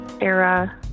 era